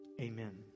Amen